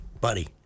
buddy